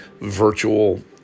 virtual